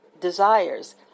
desires